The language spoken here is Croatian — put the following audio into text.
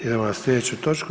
Idemo na sljedeću točku.